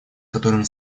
которыми